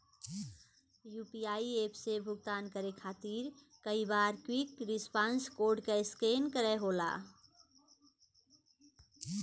UPI app से भुगतान करे खातिर कई बार क्विक रिस्पांस कोड क स्कैन करे क होला